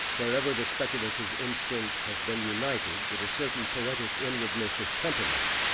wherever the speculative instinct has been united with a certain poetic inwardness of temperament,